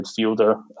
midfielder